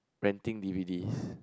renting D_V_Ds